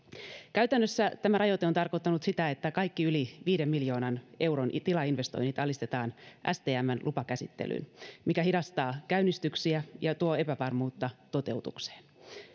käytännössä tämä rajoite on tarkoittanut sitä että kaikki yli viiden miljoonan euron tilainvestoinnit alistetaan stmn lupakäsittelyyn mikä hidastaa käynnistyksiä ja tuo epävarmuutta toteutukseen